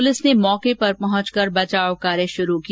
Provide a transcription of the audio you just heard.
police ने मौके पर पहुंचकर बचाव कार्य शुरू किया